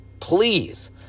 Please